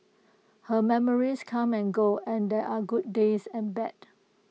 her memories come and go and there are good days and bad